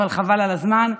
אבל חבל על הזמן,